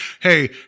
hey